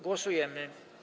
Głosujemy.